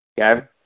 okay